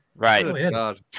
Right